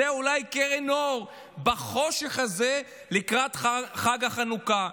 זו אולי קרן אור בחושך הזה, לקראת חג החנוכה.